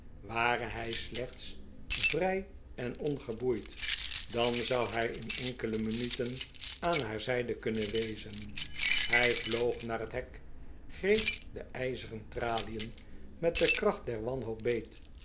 ware hij slechts vrij en ongeboeid dan zou hij in enkele minuten aan haar zijde kunnen wezen hij vloog naar het hek greep de ijzeren tralien met de kracht der wanhoop beet